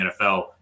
NFL